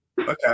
Okay